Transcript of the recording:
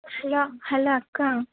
hello hello అక్కా